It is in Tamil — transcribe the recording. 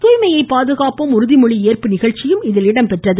தூய்மையை பாதுகாப்போம் உறுதிமொழி ஏற்பு நிகழ்ச்சி நடைபெற்றது